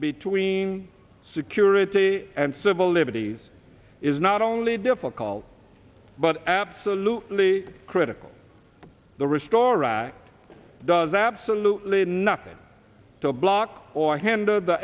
between security and civil liberties is not only difficult but absolutely critical the restorer does absolutely nothing to block or handed the